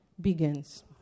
begins